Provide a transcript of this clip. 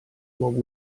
bob